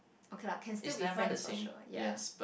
okay lah can still be friends for sure ya